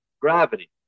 gravity